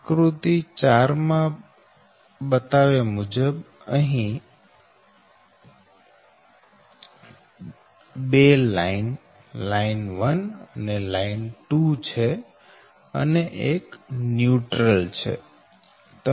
આકૃતિ 4 માં બતાવ્યા અહી બે લાઈન લાઈન 1 અને લાઈન 2 છે અને એક ન્યુટ્રલ છે